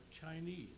Chinese